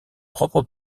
propre